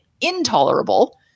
intolerable